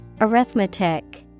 Arithmetic